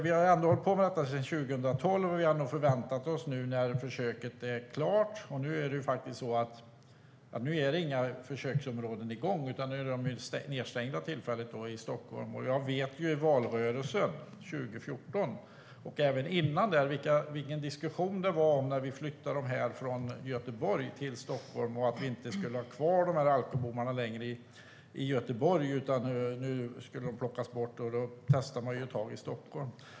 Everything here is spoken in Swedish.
Vi har hållit på med detta sedan 2012 och hade nog förväntat oss något nu, när försöket är klart. Inga försök är på gång, och det är tillfälligt stängt i Stockholm. I valrörelsen 2014 - och även före det - vet jag vilken diskussion det var när vi flyttade alkobommarna från Göteborg till Stockholm och de inte skulle vara kvar i Göteborg längre utan plockas bort. Då testade man ett tag i Stockholm.